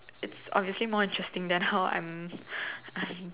it's obviously more interesting than how I'm I'm